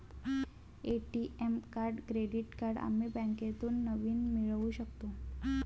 ATM card credit card आम्ही बँकेतून नवीन मिळवू शकतो